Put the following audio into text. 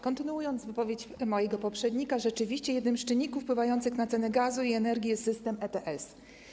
Kontynuuję wypowiedź mojego poprzednika: rzeczywiście jednym z czynników wpływających na cenę gazu i energii jest system ETS.